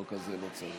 לחוק הזה לא צריך.